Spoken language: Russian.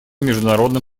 международным